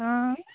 অঁ